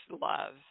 love